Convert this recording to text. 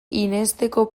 irensteko